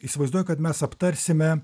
įsivaizduoju kad mes aptarsime